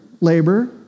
labor